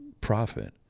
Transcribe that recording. profit